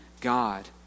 God